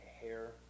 hair